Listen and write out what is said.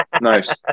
nice